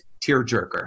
tearjerker